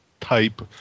type